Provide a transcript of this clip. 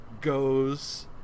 goes